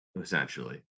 essentially